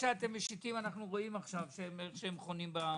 שאתם משיטים אנו רואים איך הן חונות בנמלים.